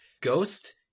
Ghost –